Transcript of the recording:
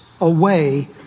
away